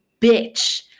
bitch